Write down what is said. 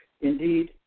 Indeed